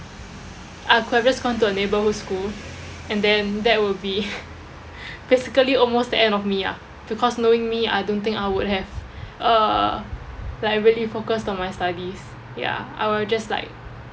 I could have just gone to a neighbourhood school and then that would be basically almost the end of me ah because knowing me I don't think I would have uh like really focused on my studies ya I would have just like